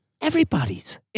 Everybody's